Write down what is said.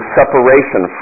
separation